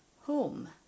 home